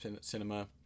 cinema